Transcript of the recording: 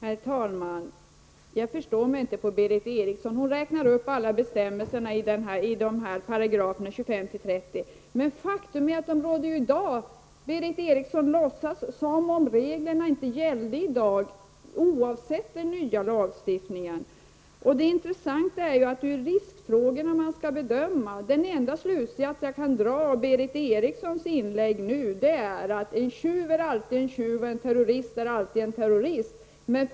Herr talman! Jag förstår mig inte på Berith Eriksson. Hon räknar upp bestämmelser i 25-30 §§ och låtsas som om de inte gällde i dag — oavsett den nya lagstiftningen. Faktum är att de bestämmelserna gäller. Den enda slutsats jag kan dra av Berith Erikssons inlägg nu är att en tjuv är alltid en tjuv och en terrorist är alltid en terrorist.